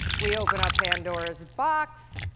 we open up pandora's box,